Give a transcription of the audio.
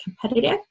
competitive